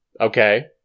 Okay